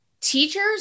teachers